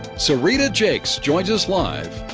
serita jakes joins us live.